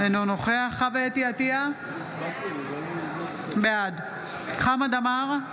אינו נוכח חוה אתי עטייה, בעד חמד עמאר,